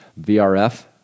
vrf